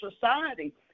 society